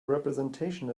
representation